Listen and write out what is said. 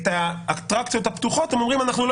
את האטרקציות הפתוחות הם אומרים שהם לא